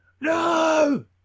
No